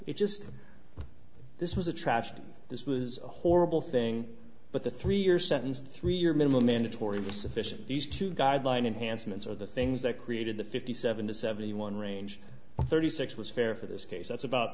it's just this was a trashed this was a horrible thing but the three year sentence three year minimum mandatory sufficient these two guideline unhandsome and so the things that created the fifty seven to seventy one range thirty six was fair for this case that's about